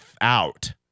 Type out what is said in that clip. out